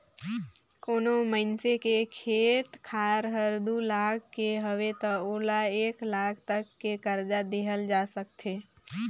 कोनो मइनसे के खेत खार हर दू लाख के हवे त ओला एक लाख तक के करजा देहल जा सकथे